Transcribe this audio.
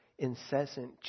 incessant